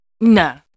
No